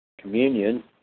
communion